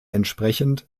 entsprechend